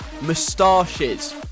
moustaches